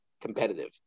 competitive